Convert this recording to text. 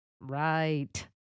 Right